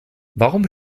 warum